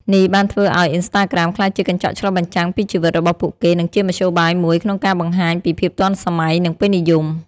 នេះបានធ្វើឱ្យ អុីនស្តាក្រាម ក្លាយជាកញ្ចក់ឆ្លុះបញ្ចាំងពីជីវិតរបស់ពួកគេ និងជាមធ្យោបាយមួយក្នុងការបង្ហាញពីភាពទាន់សម័យ និងពេញនិយម។